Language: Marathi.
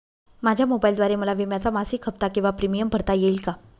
माझ्या मोबाईलद्वारे मला विम्याचा मासिक हफ्ता किंवा प्रीमियम भरता येईल का?